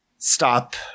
Stop